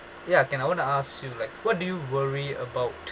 ya can I want to ask you like what do you worry about